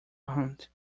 hunt